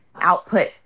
output